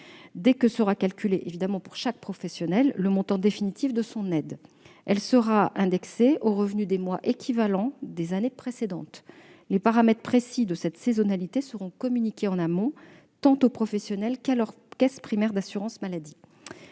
dès que sera calculé, pour chaque professionnel, le montant définitif de son aide. Elle sera ainsi indexée aux revenus des mois équivalents des années précédentes. Les paramètres précis de cette saisonnalité seront communiqués en amont, tant aux professionnels qu'à leurs caisses primaires d'assurance maladie.